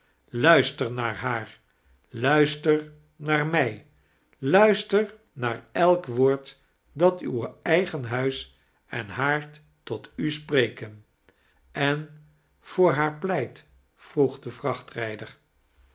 luister naar haar luister naar mij luister naar elk woord dat uw eigen huis en haard tot u spreken en voor haar